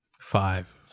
five